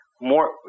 more